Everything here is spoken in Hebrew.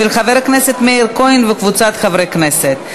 של חבר הכנסת מאיר כהן וקבוצת חברי הכנסת.